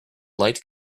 light